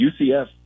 UCF